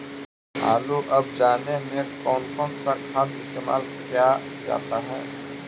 आलू अब जाने में कौन कौन सा खाद इस्तेमाल क्या जाता है?